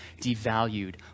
devalued